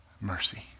mercy